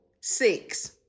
six